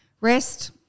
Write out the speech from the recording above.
Rest